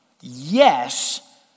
Yes